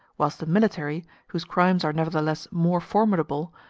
whilst the military, whose crimes are nevertheless more formidable,